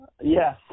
Yes